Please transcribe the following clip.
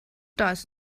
das